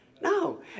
No